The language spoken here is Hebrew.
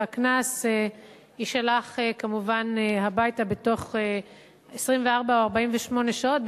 והקנס יישלח כמובן הביתה בתוך 24 או 48 שעות,